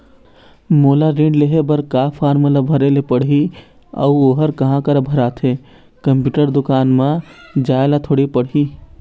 मोला ऋण लेहे बर का फार्म ला भरे ले पड़ही अऊ ओहर कहा करा भराथे, कंप्यूटर दुकान मा जाए ला थोड़ी पड़ही?